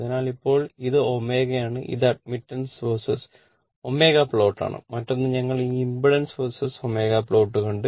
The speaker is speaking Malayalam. അതിനാൽ ഇപ്പോൾ ഇത് ω ആണ് ഇത് അഡ്മിറ്റൻസ് വേഴ്സസ് ω പ്ലോട്ടാണ് മറ്റൊന്ന് ഞങ്ങൾ ഈ ഇംപെഡൻസ് വേഴ്സസ് ω പ്ലോട്ട് കണ്ടു